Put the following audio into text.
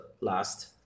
last